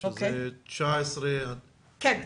שזה 19 --- כן.